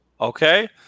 Okay